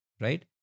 right